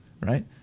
right